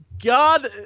God